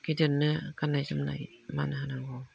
गिदिरनो गाननाय जोमनाय मान होनांगौ